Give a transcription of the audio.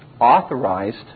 authorized